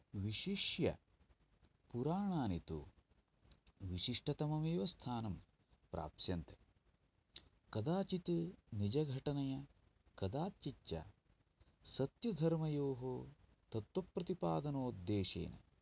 विशिष्य पुराणानि तु विशिष्टतममेव स्थानं प्राप्स्यन्ते कदाचित् निजघटनया कदाचिच्च सत्यधर्मयोः तत्वप्रतिपादनोद्देशेन